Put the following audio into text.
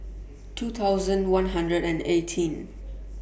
two thousand one hundred and eighteen